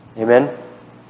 Amen